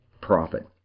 profit